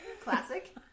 classic